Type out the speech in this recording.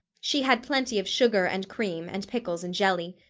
she had plenty of sugar, and cream, and pickles and jelly.